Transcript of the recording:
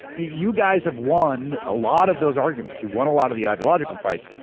you guys have won a lot of those arguments. you've won a lot of the ideological fights,